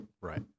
Right